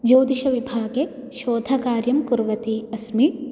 ज्योतिषविभागे शोधकार्यं कुर्वती अस्मि